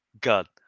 god